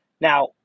Now